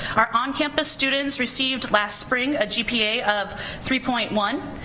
our on campus students received, last spring, a gpa of three point one,